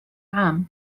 عام